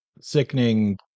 sickening